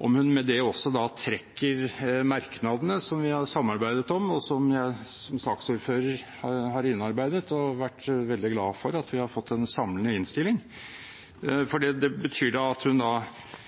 også trekker merknadene som vi har samarbeidet om, og som jeg som saksordfører har innarbeidet og vært veldig glad for at vi har fått en samlende innstilling om, og om det betyr at hun